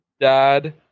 dad